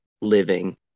living